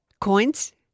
Coins